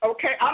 Okay